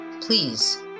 Please